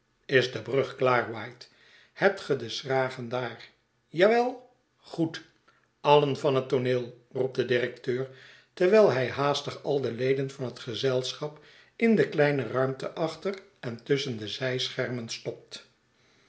is de brug klaar white hebt ge de schragen daar ja well goed allen van het tooneel roept de directeur terwijl hij haastig al de leden van het gezelschap in de kleine ruimte achter en tusschen de zijschermen stopt